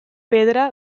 pedra